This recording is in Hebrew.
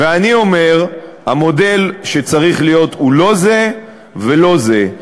ואני אומר: המודל שצריך להיות הוא לא זה ולא זה.